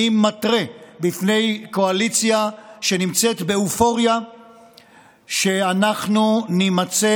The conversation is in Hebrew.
אני מתרה בפני קואליציה שנמצאת באופוריה שאנחנו נימצא